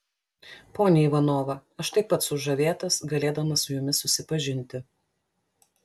ponia ivanova aš taip pat sužavėtas galėdamas su jumis susipažinti